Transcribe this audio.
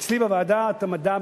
אצלי בוועדת המדע,